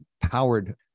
powered